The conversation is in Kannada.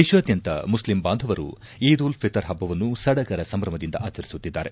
ದೇಶಾದ್ಯಂತ ಮುಸ್ಲಿಂ ಬಾಂಧವರು ಈದ್ ಉಲ್ ಫಿತ್ತರ್ ಹಬ್ಬವನ್ನು ಸಡಗರ ಸಂಭ್ರಮದಿಂದ ಆಚರಿಸುತ್ತಿದ್ದಾರೆ